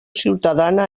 ciutadana